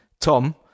Tom